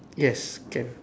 yes can